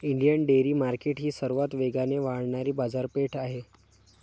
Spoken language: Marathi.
इंडियन डेअरी मार्केट ही सर्वात वेगाने वाढणारी बाजारपेठ आहे